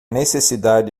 necessidade